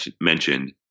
mentioned